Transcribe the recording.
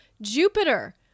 Jupiter